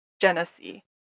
Genesee